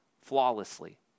flawlessly